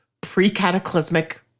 pre-cataclysmic